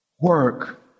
work